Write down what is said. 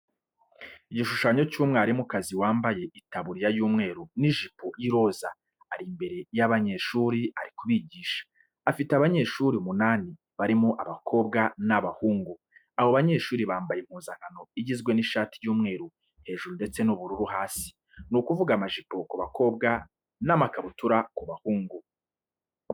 Igishushanyo cy'umwarimukazi wambaye itaburiya y'umweru n'ijipo y'iroza ari imbere y'abanyeshuri ari kubigisha. Afite abanyeshuri umunani barimo abakobwa n'abahungu. Abo banyeshuri bambaye impuzankano igizwe n'ishati y'umweru hejuru ndetse n'ubururu hasi, ni ukuvuga amajipo ku bakobwa n'amakabutura ku bahungu.